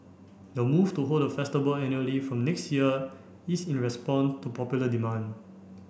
the move to hold the festival annually from next year is in response to popular demand